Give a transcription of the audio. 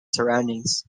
surroundings